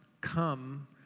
Come